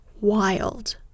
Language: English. wild